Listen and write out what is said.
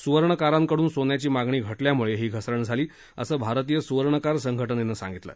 सुवर्णकारां कडून सोन्याची मागणी घटल्यामुळे ही घसरण झाली असं भारतीय सुवर्णकार संघटनेनं सांगितलं